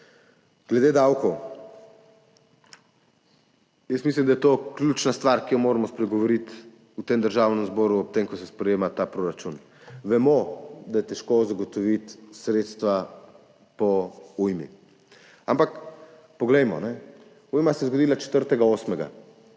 Glede davkov jaz mislim, da je to ključna stvar, o kateri moramo spregovoriti v Državnem zboru ob tem, ko se sprejema ta proračun. Vemo, da je težko zagotoviti sredstva po ujmi, ampak poglejmo, ujma se je zgodila 4.